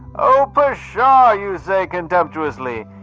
oh pashaw! you say contemptuously.